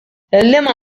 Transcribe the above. liema